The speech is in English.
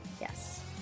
Yes